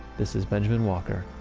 this is benjamin walker,